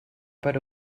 per